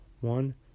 one